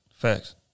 Facts